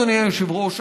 אדוני היושב-ראש,